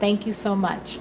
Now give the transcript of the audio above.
thank you so much